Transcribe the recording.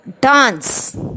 dance